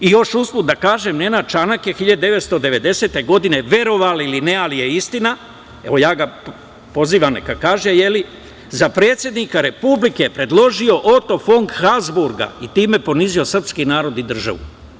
I još usput da kažem da je Nenad Čanak 1990. godine, verovali ili ne ali je istina, evo ja ga pozivam neka kaže, za predsednika Republike predložio Oto fon Habzburga i time ponizio srpski narod i državu.